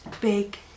Big